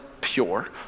pure